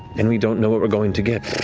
and we don't know what we're going to get.